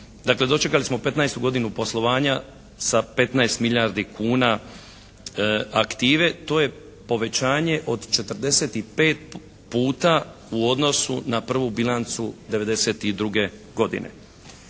dočekali smo petnaestu godinu poslovanja sa 15 milijardi kuna aktive. To je povećanje od 45 puta u odnosu na prvu bilancu '92. godine.